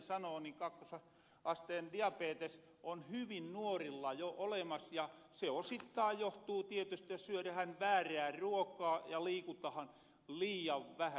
tiusanen sano ni kakkosasteen diabetes on hyvin nuorilla jo olemas ja se osittain johtuu tietysti siitä että syödähän väärää ruokaa ja liikutahan liian vähä